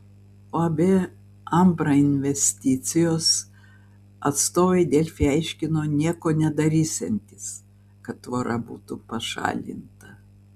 uab ambra investicijos atstovai delfi aiškino nieko nedarysiantys kad tvora būtų pašalinta